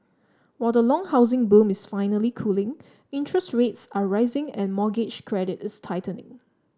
while the long housing boom is finally cooling interest rates are rising and mortgage credit is tightening